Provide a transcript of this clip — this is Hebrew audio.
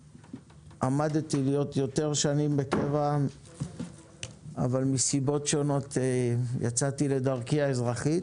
עמדתי להיות יותר שנים בקבע אבל מסיבות שונות יצאתי לדרכי האזרחית,